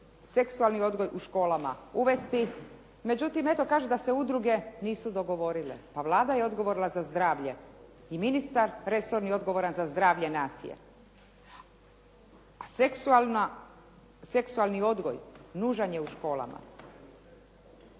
seksualni odgoj u školama uvesti. Međutim, eto kaže da se udruge nisu dogovorile. Pa Vlada je odgovorna za zdravlje, i ministar resorni je odgovoran za zdravlje nacije. A seksualni odgoj nužan je u školama.